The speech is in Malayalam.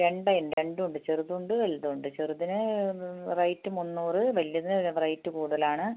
രണ്ടായി രണ്ടും ഉണ്ട് ചെറുതും ഉണ്ട് വലുതും ഉണ്ട് ചെറുതിന് റേറ്റ് മൂന്നൂറ് വലുതിന് റേറ്റ് കൂടുതൽ ആണ്